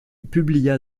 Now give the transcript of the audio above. publia